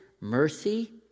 mercy